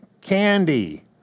candy